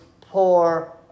poor